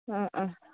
ആ ആ